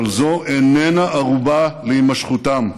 אבל זו איננה ערובה להימשכותם.